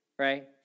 right